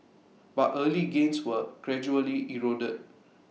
but early gains were gradually eroded